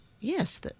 yes